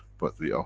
but we are,